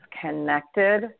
connected